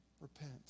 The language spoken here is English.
Repent